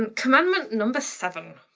and commandment number seven.